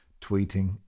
tweeting